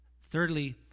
thirdly